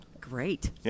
Great